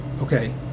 okay